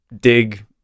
dig